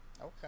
okay